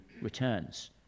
returns